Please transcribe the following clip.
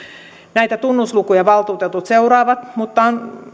näitä tunnuslukuja valtuutetut seuraavat mutta